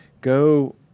go